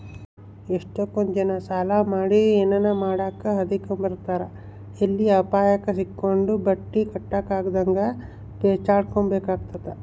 ಎಷ್ಟಕೊಂದ್ ಜನ ಸಾಲ ಮಾಡಿ ಏನನ ಮಾಡಾಕ ಹದಿರ್ಕೆಂಬ್ತಾರ ಎಲ್ಲಿ ಅಪಾಯುಕ್ ಸಿಕ್ಕಂಡು ಬಟ್ಟಿ ಕಟ್ಟಕಾಗುದಂಗ ಪೇಚಾಡ್ಬೇಕಾತ್ತಂತ